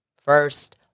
first